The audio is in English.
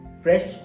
fresh